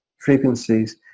frequencies